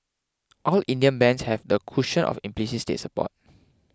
all Indian banks have the cushion of implicit state support